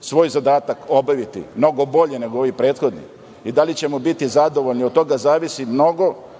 svoj zadatak obaviti mnogo bolje nego ovi prethodni i da li ćemo biti zadovoljni od toga zavisi mnogo